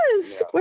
yes